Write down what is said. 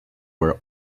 were